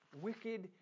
wicked